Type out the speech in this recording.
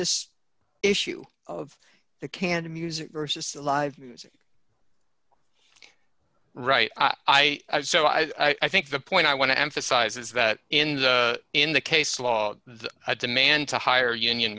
this issue of the canned music versus the live right i so i think the point i want to emphasize is that in the in the case law the demand to hire union